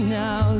now